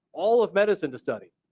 all of medicine to study,